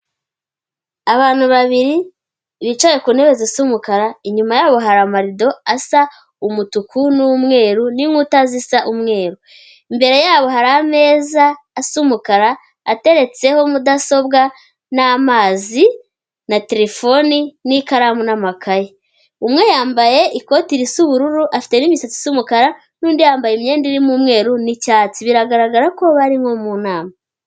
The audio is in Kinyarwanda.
Abantu babiri bicaye ku ntebe zisa umukara, inyuma yabo hari amarido asa umutuku n'umweru n'inkuta zisa umweru, imbere yabo hari ameza asa umukara ateretseho mudasobwa n'amazi na terefoni n'ikaramu n'amakayi, umwe yambaye ikoti risa bururu afite n'imisatsi isa umukara n'undi yambaye imyenda irimo umweru n'icyatsi, biragaragara ko bari nko mu nama.